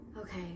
okay